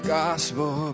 gospel